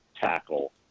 tackle